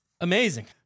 amazing